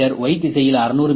Y திசையில் 600 மி